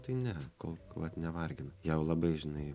tai ne kol vat nevargina jeu labai žinai